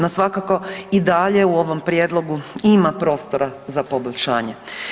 No svakako i dalje u ovom prijedlogu ima prostora za poboljšanje.